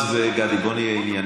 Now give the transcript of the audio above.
בועז וגדי, בואו נהיה עניינים.